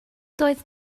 doedd